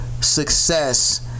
success